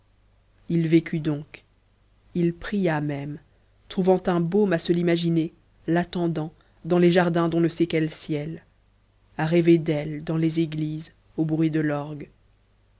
il vécut donc il pria même trouvant un baume à se l'imaginer l'attendant dans les jardins d'on ne sait quel ciel à rêver d'elle dans les églises au bruit de l'orgue